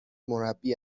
مربی